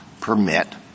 permit —